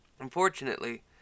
Unfortunately